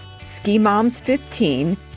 SKIMOMS15